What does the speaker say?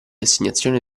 assegnazione